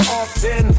often